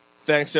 Thanks